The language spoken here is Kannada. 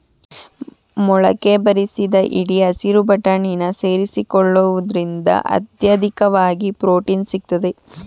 ಮೊಳಕೆ ಬರಿಸಿದ ಹಿಡಿ ಹಸಿರು ಬಟಾಣಿನ ಸೇರಿಸಿಕೊಳ್ಳುವುದ್ರಿಂದ ಅತ್ಯಧಿಕವಾಗಿ ಪ್ರೊಟೀನ್ ಸಿಗ್ತದೆ